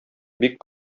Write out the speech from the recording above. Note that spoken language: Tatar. бик